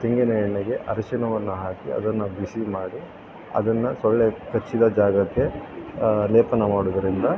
ತೆಂಗಿನ ಎಣ್ಣೆಗೆ ಅರಿಶಿಣವನ್ನು ಹಾಕಿ ಅದನ್ನು ಬಿಸಿ ಮಾಡಿ ಅದನ್ನು ಸೊಳ್ಳೆ ಕಚ್ಚಿದ ಜಾಗಕ್ಕೆ ಲೇಪನ ಮಾಡುವುದರಿಂದ